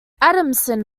adamson